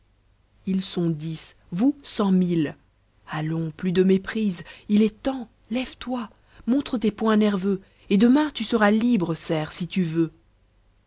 ils sont dix vous cent mille allons plus de méprise il est temps lève-toi montre tes poings nerveux et demain tu seras libre serf si tu veux